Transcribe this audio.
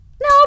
No